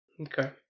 Okay